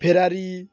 Ferrari